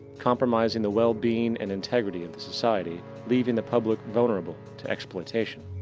compromising the well-being and integrity of the society leaving the public vulnerable to exploitation.